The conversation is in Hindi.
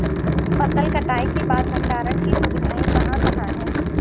फसल कटाई के बाद भंडारण की सुविधाएं कहाँ कहाँ हैं?